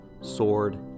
sword